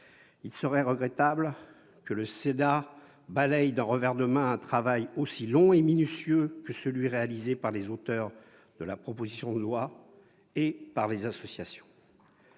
Il serait regrettable que le Sénat balaye d'un revers de main un travail aussi long et minutieux que celui qui a été réalisé par les auteurs de la proposition de loi et par les associations.